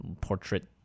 portrait